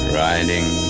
riding